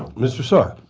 mr. saar.